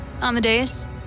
amadeus